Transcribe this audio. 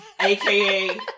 aka